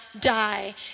die